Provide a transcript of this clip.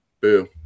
Boo